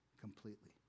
completely